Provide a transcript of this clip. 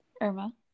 Irma